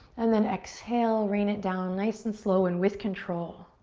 and then exhale, rain it down nice and slow and with control,